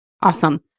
Awesome